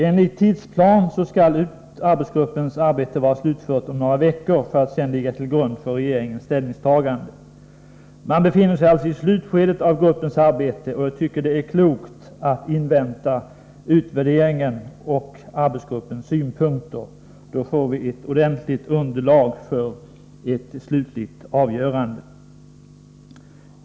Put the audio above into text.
Enligt tidsplanen skall arbetsgruppens arbete vara slutfört om några veckor för att sedan ligga till grund för regeringens ställningstagande. Gruppen befinner sig alltså i slutskedet av sitt arbete, och jag tycker det är klokt att invänta utvärderingen och arbetsgruppens synpunkter. Då får vi ett ordentligt underlag för ett slutligt avgörande.